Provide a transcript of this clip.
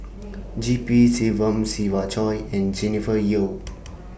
G P Selvam Siva Choy and Jennifer Yeo